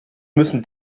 müssen